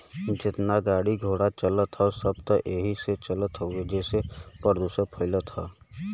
जेतना गाड़ी घोड़ा चलत हौ सब त एही से चलत हउवे जेसे प्रदुषण फइलत हौ